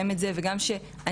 זה לא חייב להיות.